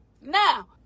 now